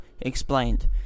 Explained